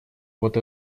вот